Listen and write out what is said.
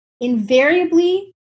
invariably